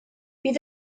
bydd